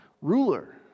ruler